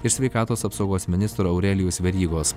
ir sveikatos apsaugos ministro aurelijaus verygos